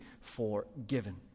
forgiven